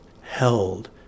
held